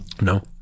no